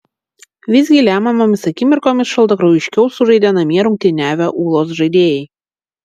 visgi lemiamomis akimirkomis šaltakraujiškiau sužaidė namie rungtyniavę ūlos žaidėjai